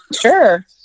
Sure